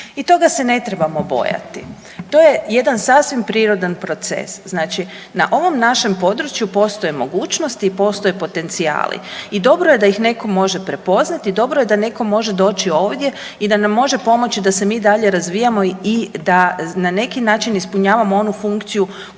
Toga se ne trebamo bojati, to je jedan sasvim prirodan proces. Znači na ovom našem području postoje mogućnosti i postoje potencijali i dobro je da ih neko može prepoznati i dobro je da neko može doći ovdje i da nam može pomoći da se mi dalje razvijamo i da na neki način ispunjavamo onu funkciju